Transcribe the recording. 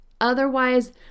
Otherwise